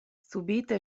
subite